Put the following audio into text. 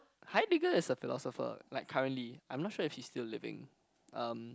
Heidegger is a philosopher like currently I'm not sure if he's still living um